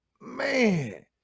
man